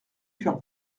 coeur